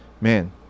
man